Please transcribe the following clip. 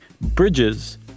Bridges